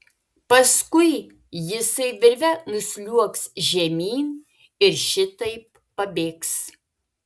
paskui jisai virve nusliuogs žemyn ir šitaip pabėgs